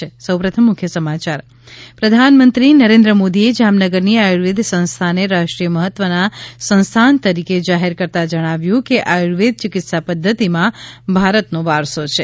ત પ્રધાનમંત્રી નરેન્દ્ર મોદીએ જામનગરની આયુર્વેદ સંસ્થાને રાષ્ટ્રીય મહત્વના સંસ્થાન તરીકે જાહેર કરતા જણાવ્યું હતું કે આયુર્વેદ ચિકિત્સા પદ્વતિમાં ભારતનો વારસો છે